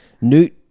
Newt